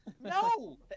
No